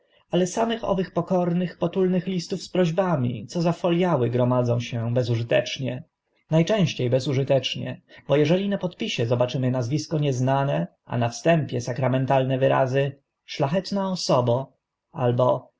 ależ samych owych pokornych potulnych listów z prośbami co za foliały gromadzą się bezużytecznie na częście bezużytecznie bo eżeli na podpisie zobaczymy nazwisko nieznane a na wstępie sakramentalne wyrazy szlachetna osobo albo